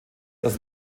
das